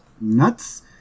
Nuts